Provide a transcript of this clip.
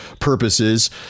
purposes